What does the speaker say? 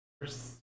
First